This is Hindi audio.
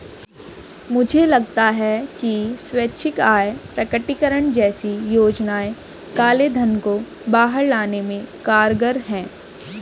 मुझे लगता है कि स्वैच्छिक आय प्रकटीकरण जैसी योजनाएं काले धन को बाहर लाने में कारगर हैं